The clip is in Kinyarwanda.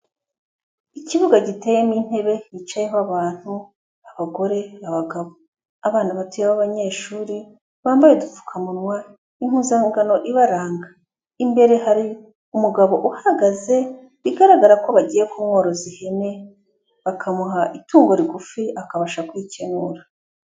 Ikibuga giteyemo intebe, hicayeho abantu, abagore, abagabo. Abana batoya b'abanyeshuri bambaye udupfukamunwa, impuzankano ibaranga, imbere hari umugabo uhagaze bigaragara ko bagiye kumworoza ihene, bakamuha itungo rigufi akabasha kwikenura.